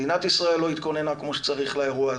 מדינת ישראל לא התכוננה כמו שצריך לאירוע הזה,